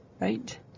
Right